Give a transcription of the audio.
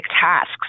tasks